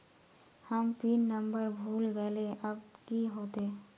हम pin number भूल गलिऐ अब की होते?